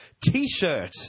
T-shirt